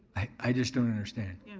i just don't understand. you know?